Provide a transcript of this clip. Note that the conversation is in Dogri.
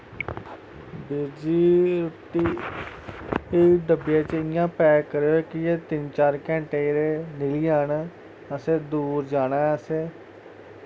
बीरजी इस्सी डब्बै च इ'यां पैक करेओ जियां तिन्न चार घैंटे एह्दे निकली जान असें दूर जाना असें